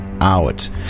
out